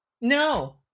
No